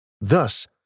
Thus